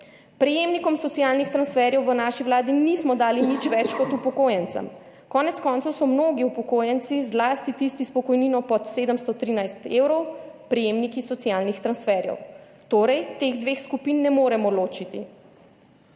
Prejemnikom socialnih transferjev v naši vladi nismo dali nič več kot upokojencem. Konec koncev so mnogi upokojenci, zlasti tisti s pokojnino pod 713 evrov, prejemniki socialnih transferjev, torej teh dveh skupin ne moremo ločiti.